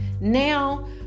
now